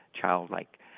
childlike